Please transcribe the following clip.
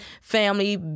family